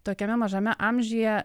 tokiame mažame amžiuje